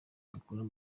gukora